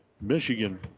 Michigan